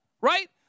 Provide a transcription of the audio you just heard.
Right